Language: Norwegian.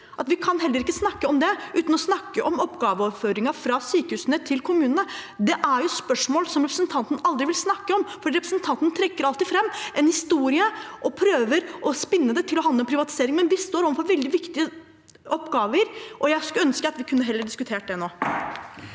at vi heller ikke kan snakke om dette uten å snakke om oppgaveoverføringen fra sykehusene til kommunene. Det er jo et spørsmål som representanten aldri vil snakke om, for representanten trekker alltid fram en historie og prøver å spinne det til å handle om privatisering. Men vi står overfor veldig viktige oppgaver, og jeg skulle ønske at vi heller kunne diskutert dette nå.